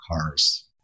cars